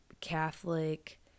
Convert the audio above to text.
Catholic